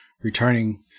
returning